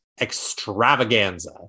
extravaganza